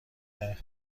قوه